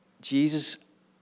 Jesus